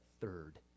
third